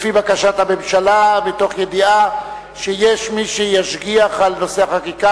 לפי בקשת הממשלה ומתוך ידיעה שיש מי שישגיח על נושא החקיקה.